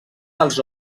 dels